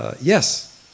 yes